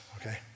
Okay